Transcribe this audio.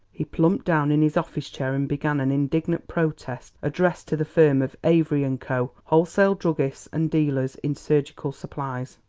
he plumped down in his office chair and began an indignant protest addressed to the firm of avery and co, wholesale druggists and dealers in surgical supplies.